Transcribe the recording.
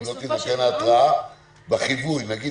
אם לא תינתן התראה בחיווי - נגיד,